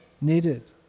needed